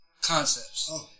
concepts